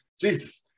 Jesus